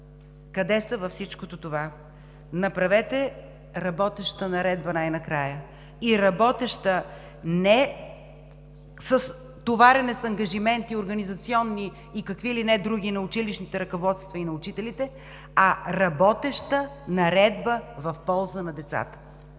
къде са във всичко това? Направете работеща наредба най-накрая и работеща не с товарене на организационни ангажименти и какви ли не други на училищните ръководства и на учителите, а работеща наредба в полза на децата.